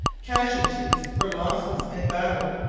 casualties for losses in battle.